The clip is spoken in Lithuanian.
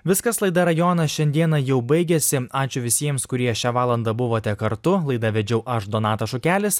viskas laida rajonas šiandieną jau baigėsi ačiū visiems kurie šią valandą buvote kartu laidą vedžiau aš donatas šukelis